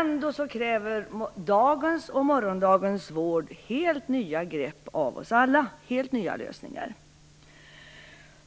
Ändå kräver dagens och morgondagens vård helt nya grepp och lösningar av oss alla.